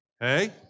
Hey